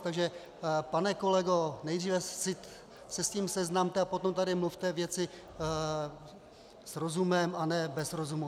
Takže pane kolego, nejdříve se s tím seznamte, a potom tady mluvte věci s rozumem, a ne bez rozumu.